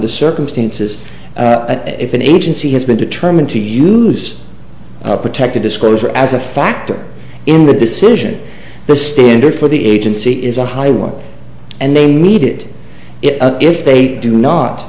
the circumstances if an agency has been determined to use protective disclosure as a factor in the decision the standard for the agency is a high one and they needed it if they do not